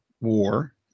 War